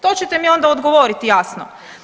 To ćete mi onda odgovoriti jasno.